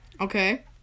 Okay